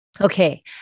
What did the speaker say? Okay